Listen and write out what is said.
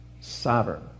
Sovereign